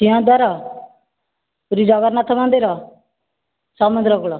ସିଂହଦ୍ୱାର ପୁରୀ ଜଗନ୍ନାଥ ମନ୍ଦିର ସମୁଦ୍ରକୂଳ